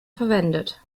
verwendet